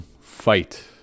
fight